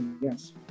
yes